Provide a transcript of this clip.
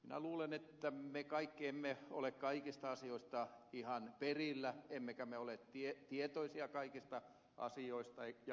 minä luulen että me kaikki emme ole kaikista asioista ihan perillä emmekä me ole tietoisia kaikista asioista ja ongelmista